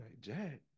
Jack